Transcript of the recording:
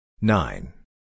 Nine